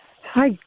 Hi